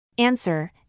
Answer